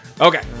Okay